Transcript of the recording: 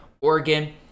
Oregon